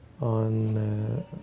on